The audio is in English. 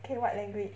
K what language